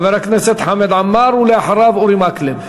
חבר הכנסת חמד עמאר, ואחריו, חבר הכנסת אורי מקלב.